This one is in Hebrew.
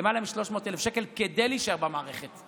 למעלה מ-300,000 שקלים כדי להישאר במערכת.